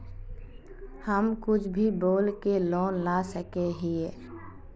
हम कुछ भी बोल के लोन ला सके हिये?